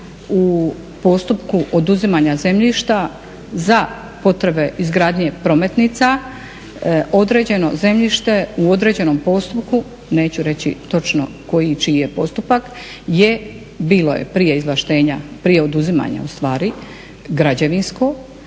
u postupku oduzimanja zemljišta za potrebe izgradnje prometnica određeno zemljište u određenom postupku, neću reći točno koji čiji je postupak, je bilo je prije izvlaštenja, prije oduzimanja ustvari građevinsko,